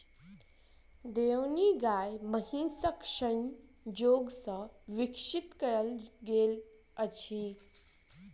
देओनी गाय महीसक संजोग सॅ विकसित कयल गेल अछि